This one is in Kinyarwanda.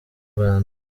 rwanda